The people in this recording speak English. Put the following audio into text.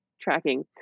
tracking